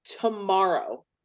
tomorrow